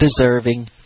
deserving